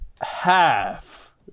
half